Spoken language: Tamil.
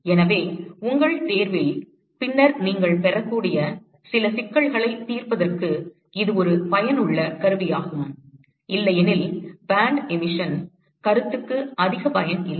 எனவே உங்கள் தேர்வில் பின்னர் நீங்கள் பெறக்கூடிய சில சிக்கல்களைத் தீர்ப்பதற்கு இது ஒரு பயனுள்ள கருவியாகும் இல்லையெனில் பேண்ட் எமிஷன் கருத்துக்கு அதிகப் பயன் இல்லை